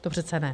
To přece ne.